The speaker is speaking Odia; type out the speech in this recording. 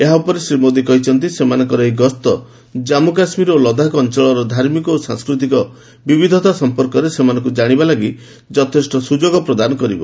ଏହା ଉପରେ ଶ୍ରୀ ମୋଦୀ କହିଛନ୍ତି ସେମାନଙ୍କର ଏହି ଗସ୍ତ ଜାମ୍ମ କାଶ୍ମୀର ଓ ଲଦାଖ ଅଞ୍ଚଳର ଧାର୍ମିକ ଓ ସାଂସ୍କୃତିକ ବିବିଧତା ସମ୍ପର୍କରେ ସେମାନଙ୍କୁ ଜାଣିବା ଲାଗି ଯଥେଷ୍ଟ ସ୍ୱଯୋଗ ପ୍ରଦାନ କରିବ